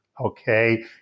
okay